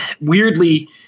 weirdly